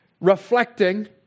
reflecting